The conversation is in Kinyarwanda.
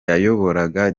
yayoboraga